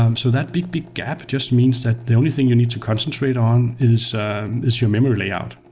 um so that big, big gap just means that the only thing you need to concentrate on is is your memory layout.